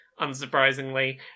unsurprisingly